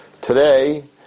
Today